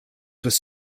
was